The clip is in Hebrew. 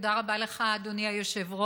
תודה רבה לך, אדוני היושב-ראש.